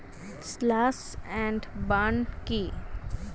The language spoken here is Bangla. স্লাস এন্ড বার্ন কি?